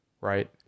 Right